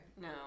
No